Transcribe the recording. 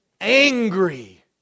angry